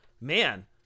Man